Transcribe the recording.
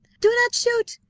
do not shoot,